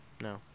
No